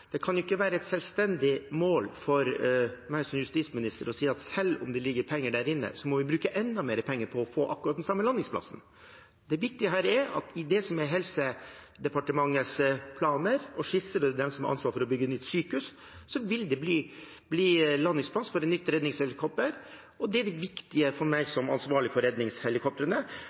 Det kan ikke være et selvstendig mål for meg som justisminister å si at selv om det ligger penger der inne, må vi bruke enda mer penger på å få akkurat den samme landingsplassen. Det viktige her er at i det som er Helse- og omsorgsdepartementets planer og skisser – det er de som har ansvaret for å bygge nytt sykehus – vil det bli landingsplass for et nytt redningshelikopter. Det er det viktige for meg som ansvarlig for redningshelikoptrene.